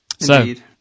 Indeed